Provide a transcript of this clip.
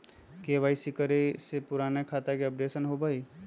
KYC करें से पुराने खाता के अपडेशन होवेई?